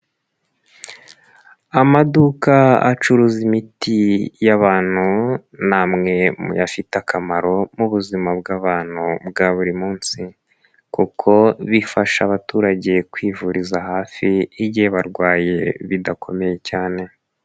Amaduka acuruza imiti y'abantu ni amwe muyafite akamaro mu buzima bw'abantu bwa buri munsi kuko bifasha abaturage kwivuriza hafi igihe barwaye bidakomeye cyane.